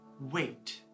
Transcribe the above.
Wait